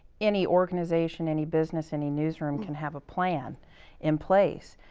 any organization, any business, any news room can have a plan in place.